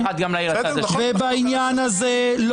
ובעניין הזה,